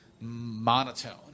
monotone